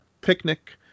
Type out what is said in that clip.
Picnic